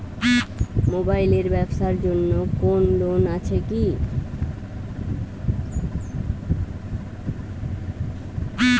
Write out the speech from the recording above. Mobile এর ব্যাবসার জন্য কোন লোন আছে কি?